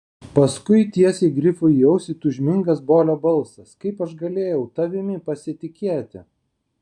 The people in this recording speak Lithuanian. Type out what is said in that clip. paskui tiesiai grifui į ausį tūžmingas bolio balsas kaip aš galėjau tavimi pasitikėti